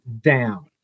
down